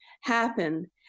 happen